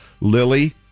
Lily